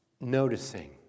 noticing